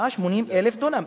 180,000 דונם.